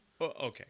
Okay